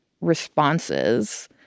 responses